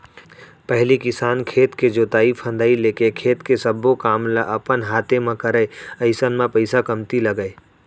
पहिली किसान खेत के जोतई फंदई लेके खेत के सब्बो काम ल अपन हाते म करय अइसन म पइसा कमती लगय